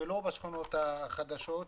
ולא בשכונות החדשות.